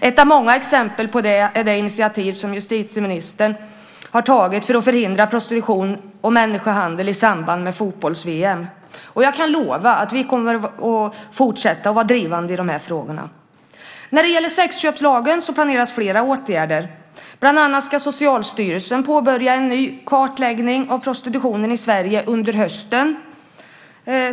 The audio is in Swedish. Ett av många exempel på det är det initiativ som justitieministern har tagit för att förhindra prostitution och människohandel i samband med fotbolls-VM. Och jag kan lova att vi kommer att fortsätta att vara drivande i de här frågorna. När det gäller sexköpslagen planeras flera åtgärder. Bland annat ska Socialstyrelsen påbörja en ny kartläggning av prostitutionen i Sverige under hösten.